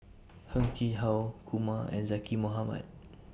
Heng Chee How Kumar and Zaqy Mohamad